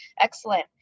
Excellent